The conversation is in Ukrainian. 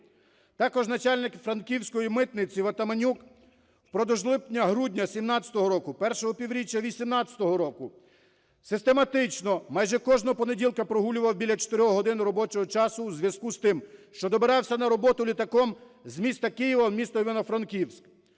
Також начальних Франківської митниці Ватаманюк впродовж липня-грудня 17-го року, першого півріччя 18-го року систематично майже кожного понеділка прогулював біля чотирьох годин робочого часу у зв'язку з тим, що добирався на роботу літаком з міста Києва в місто Івано-Франківськ.